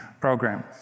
program